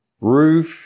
roof